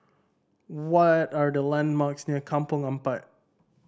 what are the landmarks near Kampong Ampat